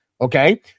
Okay